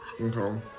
Okay